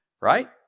Right